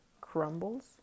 crumbles